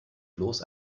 bloß